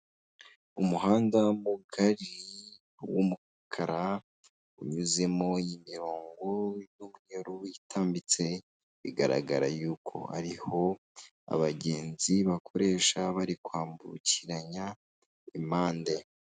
Umuhanda mugari w'umukara, unyuzemo imirongo y'umweru itambitse, bigaragara yuko ari ho abagenzi bakoresha bari kwambukiranya impande.